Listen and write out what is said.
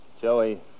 Joey